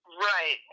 Right